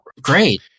Great